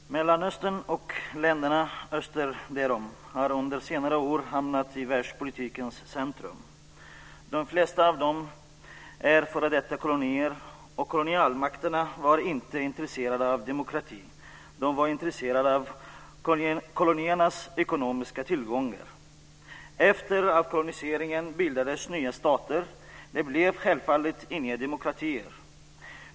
Herr talman! Mellanöstern och länderna öster därom har under senare år hamnat i världspolitikens centrum. De flesta av dem är f.d. kolonier. Kolonialmakterna var inte intresserade av demokrati. De var intresserade av koloniernas ekonomiska tillgångar. Efter avkoloniseringen bildades nya stater. Det blev självfallet inga demokratier.